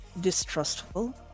distrustful